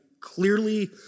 clearly